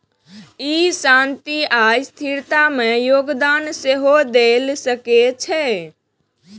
ई शांति आ स्थिरता मे योगदान सेहो दए सकै छै